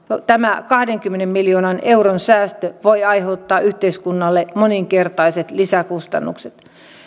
tämä kahdenkymmenen miljoonan euron säästö voi aiheuttaa yhteiskunnalle moninkertaiset lisäkustannukset